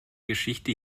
geschichte